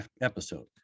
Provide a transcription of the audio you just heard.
episode